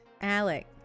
Alec